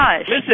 Listen